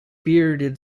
bearded